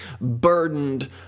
burdened